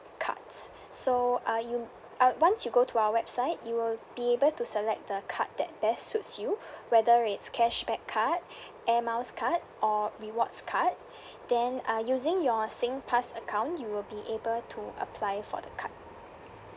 cards so uh you uh once you go to our website you will be able to select the card that best suits you whether it's cashback card air miles card or rewards card then uh using your singpass account you will be able to apply for the card